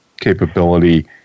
capability